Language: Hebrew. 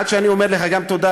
גם עד שאני אומר לך תודה.